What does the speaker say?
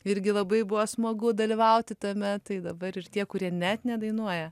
irgi labai buvo smagu dalyvauti tame tai dabar ir tie kurie net nedainuoja